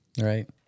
Right